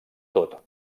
tot